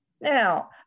Now